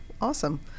awesome